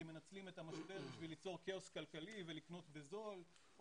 כמנצלים את המשבר כדי ליצור כאוס כלכלי ולקנות בזול.